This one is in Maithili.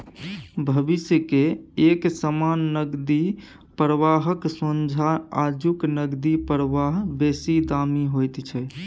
भविष्य के एक समान नकदी प्रवाहक सोंझा आजुक नकदी प्रवाह बेसी दामी होइत छै